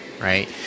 Right